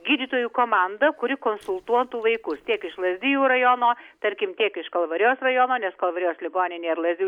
gydytojų komanda kuri konsultuotų vaikus tiek iš lazdijų rajono tarkim tiek iš kalvarijos rajono nes kalvarijos ligoninė ir lazdijų